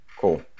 cool